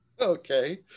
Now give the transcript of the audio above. Okay